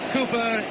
Cooper